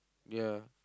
ya